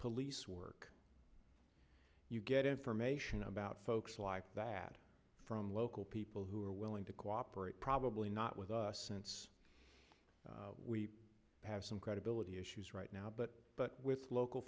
police work you get information about folks like that from local people who are willing to cooperate probably not with us since we have some credibility issues right now but but with local